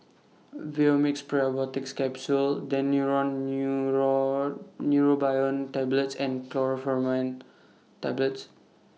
Vivomixx Probiotics Capsule Daneuron Neurobion Tablets and Chlorpheniramine Tablets